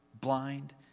blind